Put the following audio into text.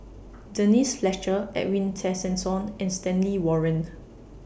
Denise Fletcher Edwin Tessensohn and Stanley Warren